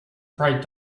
bright